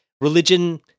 religion